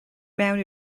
mewn